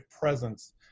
presence